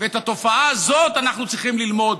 ואת התופעה הזאת אנחנו צריכים ללמוד,